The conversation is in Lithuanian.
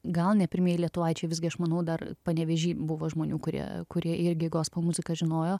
gal ne pirmieji lietuvaičiai visgi aš manau dar panevėžy buvo žmonių kurie kurie irgi gospel muziką žinojo